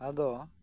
ᱟᱫᱚ